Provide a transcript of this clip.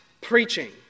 preaching